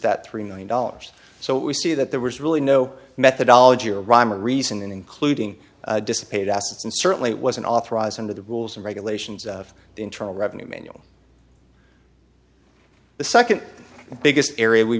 that three million dollars so we see that there was really no methodology or rhyme or reason including dissipate assets and certainly wasn't authorized under the rules and regulations of the internal revenue manual the second biggest area we